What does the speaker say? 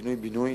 פינוי-בינוי,